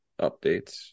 updates